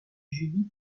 judith